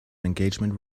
engagement